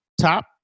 top